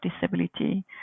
disability